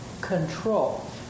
control